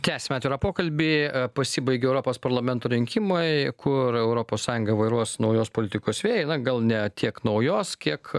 tęsim atvirą pokalbį pasibaigė europos parlamento rinkimai kur europos sąjungą vairuos naujos politikos vėjai na gal ne tiek naujos kiek